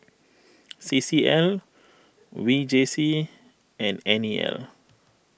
C C L V J C and N E L